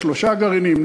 יש שלושה גרעינים,